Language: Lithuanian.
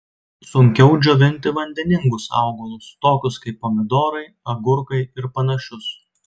sunkiau džiovinti vandeningus augalus tokius kaip pomidorai agurkai ir panašius